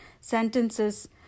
sentences